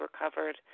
Recovered